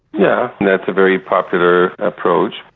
yeah, that's a very popular approach.